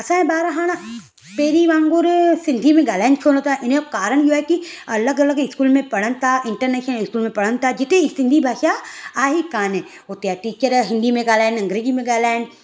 असांजा ॿार हाण पहिरीं वांगुर सिंधी में ॻाल्हायनि छो न था हिन जो कारण इहो आहे की अलॻि अलॻि स्कूल में पढ़नि था इंटरनैशनल स्कूल में पढ़नि था जिथे सिंधी भाषा आहे ई कोन्हे हुते जा टीचर हिंदी में ॻाल्हायनि अंग्रेज़ी में ॻाल्हायनि